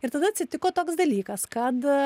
ir tada atsitiko toks dalykas kad